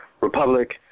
republic